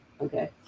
Okay